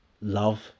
love